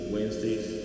Wednesdays